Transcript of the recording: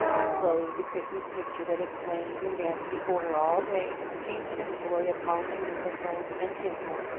slowly the christmas picture that had flamed and danced before her all day, painted in the glory of holly and mistletoe and tinsel,